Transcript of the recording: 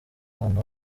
umwana